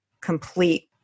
complete